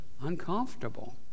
uncomfortable